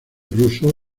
ruso